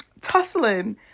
tussling